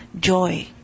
joy